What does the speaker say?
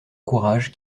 courage